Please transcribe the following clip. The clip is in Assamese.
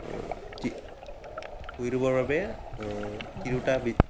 ভূঁই ৰোবৰ বাবে তিৰোতা